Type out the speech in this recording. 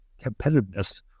competitiveness